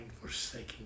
forsaking